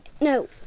No